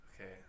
Okay